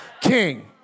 king